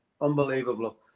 Unbelievable